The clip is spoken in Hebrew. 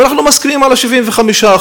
ואנחנו מסכימים ל-75%.